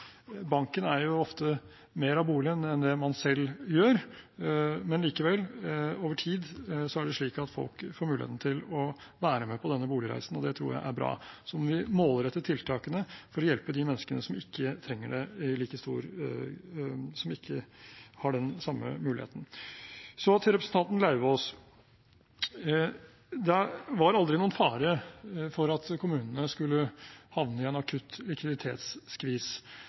banken ofte eier mer av boligen enn det man selv gjør, men over tid er det likevel slik at folk får mulighet til å være med på denne boligreisen, og det tror jeg er bra. Så må vi målrette tiltakene for å hjelpe de menneskene som ikke har den samme muligheten. Til representanten Lauvås: Det var aldri noen fare for at kommunene skulle havne i en akutt likviditetsskvis.